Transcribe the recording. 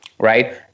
right